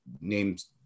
names –